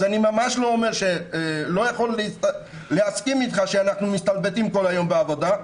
אז אני ממש לא יכול להסכים איתך שאנחנו מסתלבטים כל היום בעבודה.